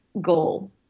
goal